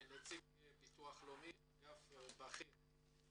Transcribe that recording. נציגת ביטוח לאומי אגף בכיר.